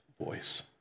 voice